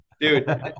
Dude